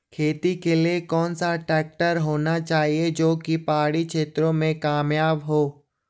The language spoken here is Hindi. खेती के लिए कौन सा ट्रैक्टर होना चाहिए जो की पहाड़ी क्षेत्रों में कामयाब हो?